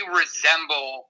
resemble